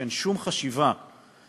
שאין בממשלה שום חשיבה מסודרת